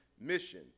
mission